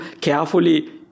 carefully